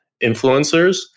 influencers